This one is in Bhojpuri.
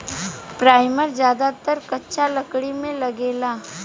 पराइमर ज्यादातर कच्चा लकड़ी में लागेला